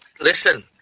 listen